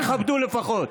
תכבדו לפחות.